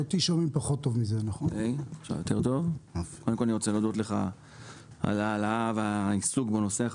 אני רוצה להודות לך על העלאת הנושא והעיסוק בו.